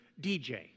DJ